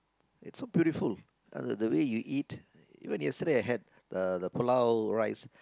it's so beautiful uh the way you eat even yesterday I had the rice